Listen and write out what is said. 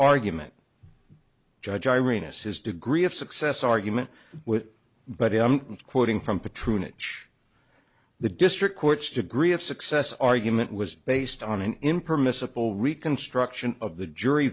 argument judge iryna says degree of success argument with but i'm quoting from patroon it the district court's degree of success argument was based on an impermissible reconstruction of the jury